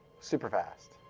super fast,